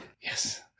Yes